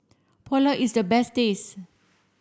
Pulao is the best tasty